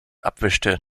abwischte